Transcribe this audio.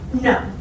No